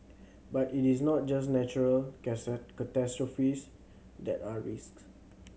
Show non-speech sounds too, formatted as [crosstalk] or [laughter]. but it is not just natural [unintelligible] catastrophes that are risks